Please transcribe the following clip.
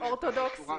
אורתודוקסי.